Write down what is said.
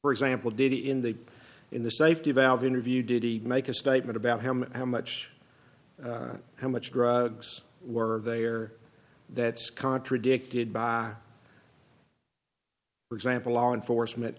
for example did he in the in the safety valve interview did he make a statement about him how much how much drugs were there that's contradicted by for example law enforcement